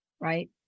right